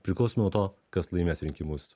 priklauso nuo to kas laimės rinkimus